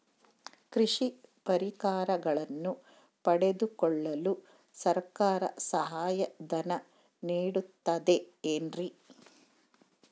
ಕೃಷಿ ಪರಿಕರಗಳನ್ನು ಪಡೆದುಕೊಳ್ಳಲು ಸರ್ಕಾರ ಸಹಾಯಧನ ನೇಡುತ್ತದೆ ಏನ್ರಿ?